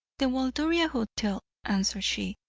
the waldoria hotel, answered she.